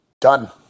Done